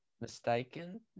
mistaken